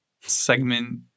segment